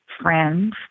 friends